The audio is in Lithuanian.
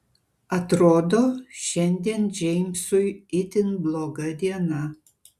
atrodo šiandien džeimsui itin bloga diena